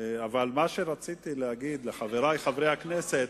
אבל מה שרציתי להגיד לחברי חברי הכנסת,